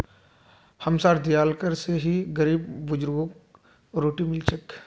हमसार दियाल कर स ही गरीब बुजुर्गक रोटी मिल छेक